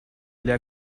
для